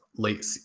late